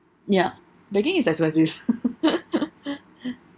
ya baking is expensive